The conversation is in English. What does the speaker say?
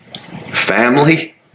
family